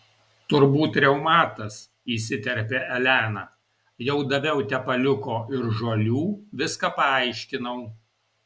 turbūt reumatas įsiterpė elena jau daviau tepaliuko ir žolių viską paaiškinau